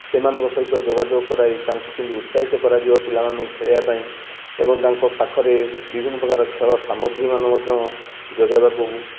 ସେମାନଙ୍କ ସହିତ ଯୋଗାଯୋଗ କରାଇ ତାଙ୍କୁ କେମିତି ଉତ୍ସାହିତ କରାଯିବ ପିଲାମାନଙ୍କୁ ଖେଳିବା ପାଇଁ ଏବଂ ତାଙ୍କ ପାଖରେ ବିଭିନ୍ନ ପ୍ରକାର ଖେଳ ସାମଗ୍ରୀ ମାନ ମଧ୍ୟ ଯୋଗାଇବାକୁ